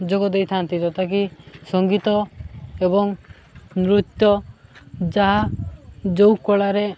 ଯୋଗ ଦେଇଥାନ୍ତି ଯଥାକି ସଙ୍ଗୀତ ଏବଂ ନୃତ୍ୟ ଯାହା ଯେଉଁ କଳାରେ